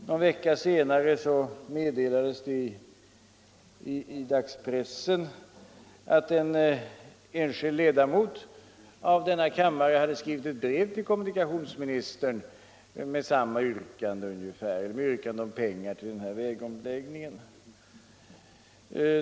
Någon vecka senare meddelades det i dagspressen att en enskild ledamot av denna kammare hade skrivit ett brev till kommunikationsministern med ungefär samma yrkande, dvs. om pengar till denna vägomläggning.